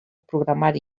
programari